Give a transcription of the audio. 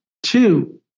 Two